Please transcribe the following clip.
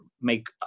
make